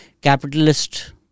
capitalist